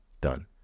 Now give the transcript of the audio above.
Done